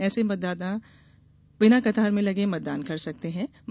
ऐसे मतदाता बिना कतार में लगे मतदान कर सकेंगे